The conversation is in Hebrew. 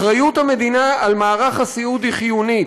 אחריות המדינה למערך הסיעוד היא חיונית.